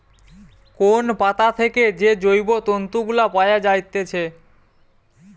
কোন পাতা থেকে যে জৈব তন্তু গুলা পায়া যাইতেছে